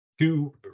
Two